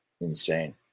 insane